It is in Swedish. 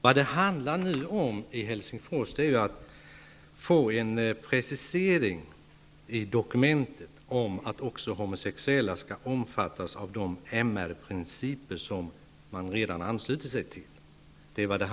Vad det nu handlar om är att i Helsingfors få en precisering i dokumentet av att också homosexuella skall omfattas av de MR-principer som man har anslutit sig till.